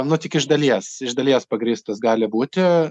nu tik iš dalies iš dalies pagrįstas gali būti